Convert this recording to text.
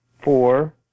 four